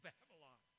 Babylon